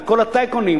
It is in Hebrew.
לכל הטייקונים,